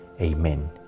Amen